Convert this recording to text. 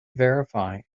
verify